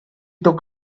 took